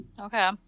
Okay